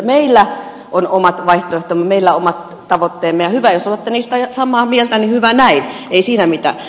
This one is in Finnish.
meillä on omat vaihtoehtomme meillä on omat tavoitteemme ja jos olette niistä samaa mieltä niin hyvä näin ei siinä mitään